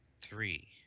three